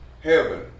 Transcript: heaven